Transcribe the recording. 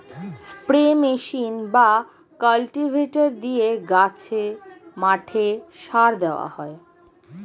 spray machine বা cultivator দিয়ে গাছে, মাঠে সার দেওয়া হয়